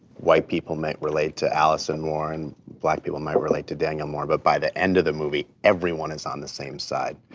white people may relate to alison more and black people might relate to daniel more, but by the end of the movie, everyone is on the same side.